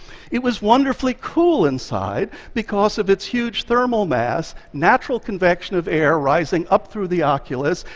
it was wonderfully cool inside because of its huge thermal mass, natural convection of air rising up through the oculus,